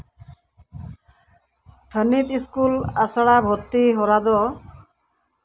ᱛᱷᱟᱱᱤᱛ ᱥᱠᱩᱞ ᱟᱥᱲᱟ ᱵᱷᱩᱨᱛᱤ ᱦᱚᱨᱟ ᱫᱚ